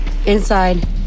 Inside